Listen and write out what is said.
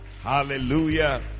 Hallelujah